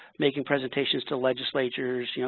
making presentations to legislatures, you know,